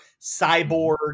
*Cyborg*